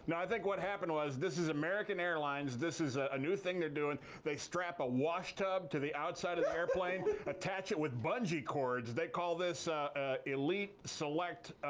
and i think what happened was, this is american airlines, this is ah a new thing they're doing. they strap a washtub to the outside of the airplane, attach it with bungee cords. they call this elite, select,